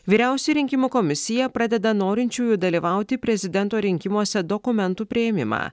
vyriausioji rinkimų komisija pradeda norinčiųjų dalyvauti prezidento rinkimuose dokumentų priėmimą